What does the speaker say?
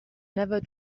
never